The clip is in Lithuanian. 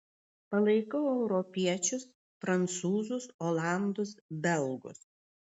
palaikau europiečius prancūzus olandus belgus